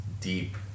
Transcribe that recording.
deep